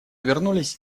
вернулись